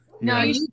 no